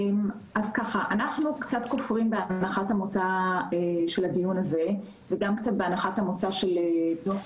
אנחנו כופרים בהנחת המוצא של הדיון וגם בהנחת המוצא של דוח